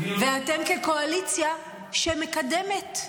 אני --- ואתם כקואליציה שמקדמת,